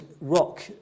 rock